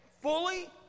fully